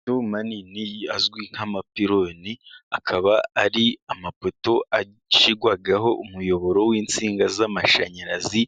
Ibyuma binini bizwi nk'amapironi, akaba ari amapoto ashyirwaho umuyoboro w'insinga z'amashanyarazi,